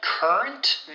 Current